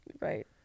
Right